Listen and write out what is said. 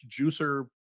juicer